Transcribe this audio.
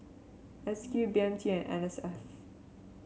S Q B M T and N S F